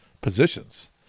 positions